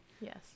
Yes